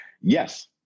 Yes